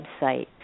website